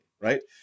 right